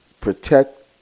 protect